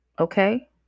Okay